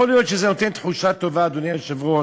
יכול להיות שזה נותן תחושה טובה, אדוני היושב-ראש,